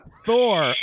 Thor